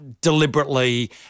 deliberately